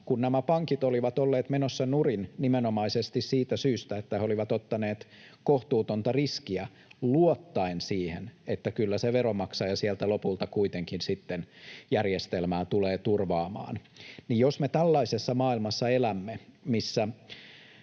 kun nämä pankit olivat olleet menossa nurin nimenomaisesti siitä syystä, että ne olivat ottaneet kohtuutonta riskiä luottaen siihen, että kyllä veronmaksaja lopulta kuitenkin järjestelmää tulee turvaamaan, niin jos me tällaisessa maailmassa elämme, missä